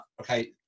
okay